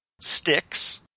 Sticks